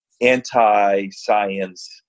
anti-science